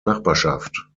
nachbarschaft